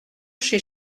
chez